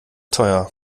teuer